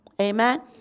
Amen